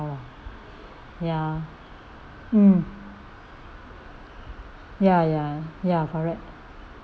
ya mm ya ya ya correct